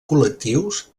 col·lectius